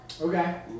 Okay